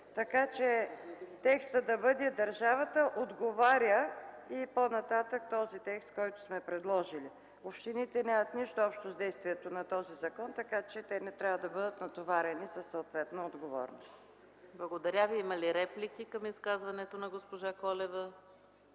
така че текстът да бъде: „държавата отговаря” и по-нататък текстът следва, който сме предложили. Общините нямат нищо общо с действието на този закон, така че те не трябва да бъдат натоварени със съответна отговорност. ПРЕДСЕДАТЕЛ ЕКАТЕРИНА МИХАЙЛОВА: Благодаря Ви. Има ли реплики към изказването на госпожа Колева?